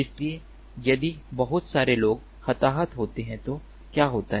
इसलिए यदि बहुत सारे लोग हताहत होते हैं तो क्या होता है